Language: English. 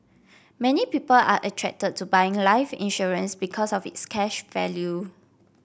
many people are attracted to buying life insurance because of its cash value